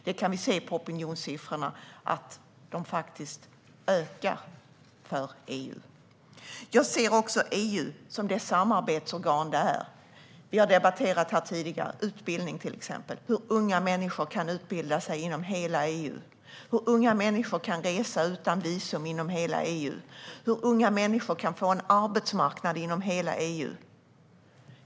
Vi kan se på opinionssiffrorna att de som är för EU ökar. Jag ser EU som det samarbetsorgan det är. Vi har debatterat exempelvis utbildning här tidigare. Unga människor kan utbilda sig inom hela EU, resa utan visum inom hela EU och få en arbetsmarknad inom hela EU.